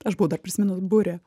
aš buvau dar prisiminus burė